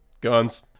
Guns